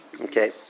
Okay